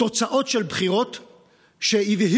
תוצאות של בחירות שהבהירו,